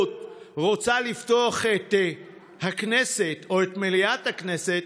רוצה לפתוח את הכנסת או את מליאת הכנסת,